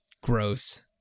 gross